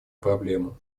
проблему